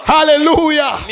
Hallelujah